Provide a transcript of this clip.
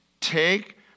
take